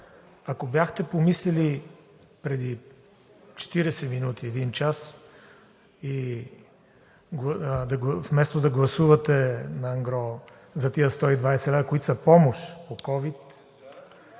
ако бяхте помислили преди 40 минути, един час, вместо да гласувате на ангро за тези 120 лв., които са помощ от ковид,